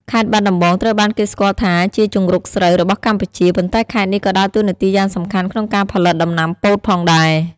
ខេត្តបាត់ដំបង ត្រូវបានគេស្គាល់ថាជា ជង្រុកស្រូវ របស់កម្ពុជា ប៉ុន្តែខេត្តនេះក៏ដើរតួនាទីយ៉ាងសំខាន់ក្នុងការផលិតដំណាំពោតផងដែរ។